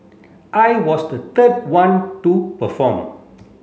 I was the third one to perform